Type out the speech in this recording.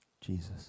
Jesus